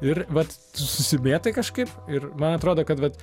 ir vat tu susimėtai kažkaip ir man atrodo kad vat